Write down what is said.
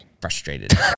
Frustrated